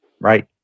Right